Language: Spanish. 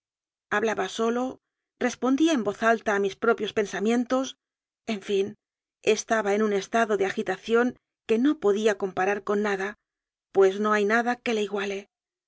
hablaba solo respondía en voz alta a mis propios pensamientos en fin es taba en un estado de agitación que no podía com parar con nada pues no hay nada que le iguale